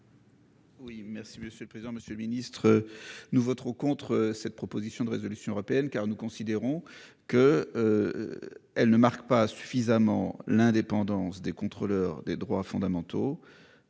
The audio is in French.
Oui, merci Monsieur. Le président, Monsieur le Ministre. Nous voterons contre cette proposition de résolution européenne car nous considérons que. Elle ne marque pas suffisamment l'indépendance des contrôleurs des droits fondamentaux,